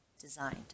designed